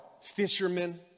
fishermen